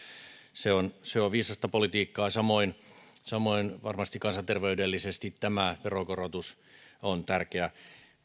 se on se on viisasta politiikkaa samoin samoin varmasti kansanterveydellisesti tämä veronkorotus on tärkeä